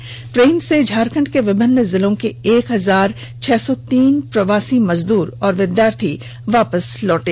इस ट्रेन से झारखंड के विभिन्न जिलों के एक हजार छह सौ तीन प्रवासी मजदूर और विद्यार्थी वापस लौटे